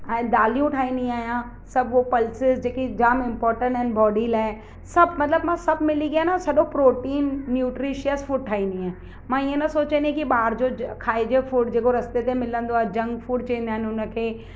ऐं दालियूं ठाहींदी आहियां सभु पल्सिस जेकी जाम इम्पोर्टंट आहिनि बॉडी लाइ सभु मतिलबु मां सभु मिली कया न सॼो प्रोटीन न्यूट्रिशिय्स फ़ूड ठाहींदी आहियां मां इअं न सोचंदी की ॿार जो खाइजो फ़ूड जेको रस्ते ते मिलंदो आहे जंक फ़ूड चईंदा आहिनि हुनखे